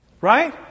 Right